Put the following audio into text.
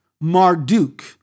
Marduk